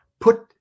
put